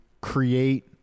create